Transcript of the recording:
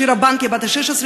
שירה בנקי בת ה-16,